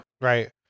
right